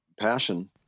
passion